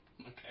Okay